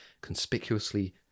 conspicuously